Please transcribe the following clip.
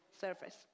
surface